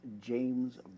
James